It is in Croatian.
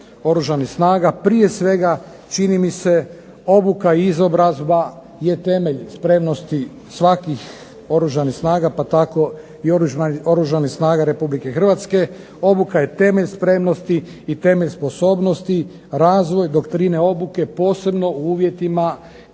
prije svega čini mi se obuka i izobrazba je temelj spremnosti svakih Oružanih snaga pa tako i Oružanih snaga RH. Obuka je temelj spremnosti i temelj sposobnosti, razvoj, doktrine obuke posebno u uvjetima kada